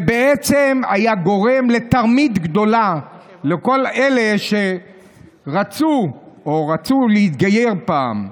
זה בעצם היה גורם לתרמית גדולה לכל אלה שרצו להתגייר פעם.